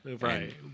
right